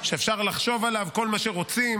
שאפשר לחשוב עליו כל מה שרוצים,